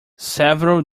several